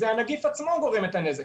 זה הנגיף עצמו גורם את הנזק.